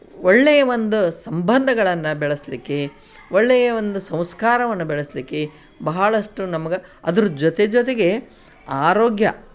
ಒಳ್ಳೆಯ ಒಂದು ಸಂಬಂಧಗಳನ್ನು ಬೆಳೆಸಲಿಕ್ಕೆ ಒಳ್ಳೆಯ ಒಂದು ಸಂಸ್ಕಾರವನ್ನು ಬೆಳೆಸಲಿಕ್ಕೆ ಬಹಳಷ್ಟು ನಮಗೆ ಅದ್ರ ಜೊತೆ ಜೊತೆಗೆ ಆರೋಗ್ಯ